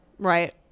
right